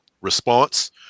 response